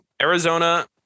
Arizona